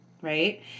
right